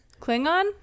Klingon